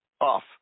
off